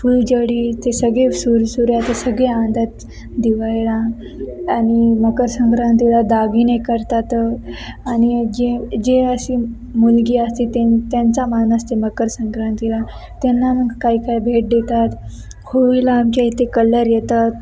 फुलझडी ते सगळे सुरसुऱ्या ते सगळे आणतात दिवाळीला आणि मकरसंक्रांतीला दागिने करतातं आणि जे जे अशी मुलगी असते ते त्यांचा मान असते मकरसंक्रांतीला त्यांना मग काही काय भेट देतात होळीला आमच्या इथे कलर येतात